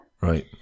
Right